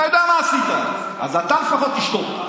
אתה יודע מה עשית, אז אתה לפחות תשתוק.